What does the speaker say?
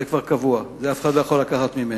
זה כבר קבוע, את זה אף אחד לא יכול לקחת ממני.